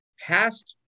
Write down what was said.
past